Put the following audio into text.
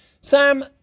Sam